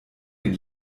den